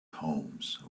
homes